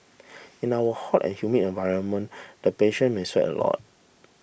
in our hot and humid environment the patient may sweat a lot